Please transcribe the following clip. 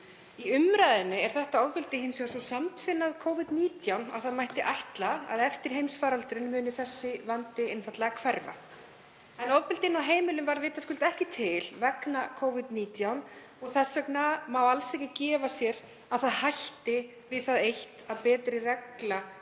Í umræðunni er þetta ofbeldi hins vegar svo samtvinnað Covid-19 að ætla mætti að eftir heimsfaraldurinn muni vandinn einfaldlega hverfa. En ofbeldi inni á heimilum varð vitaskuld ekki til vegna Covid-19 og þess vegna má alls ekki gefa sér að það hætti við það eitt að betri regla